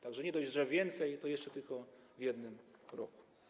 Tak że nie dość, że więcej, to jeszcze tylko w jednym roku.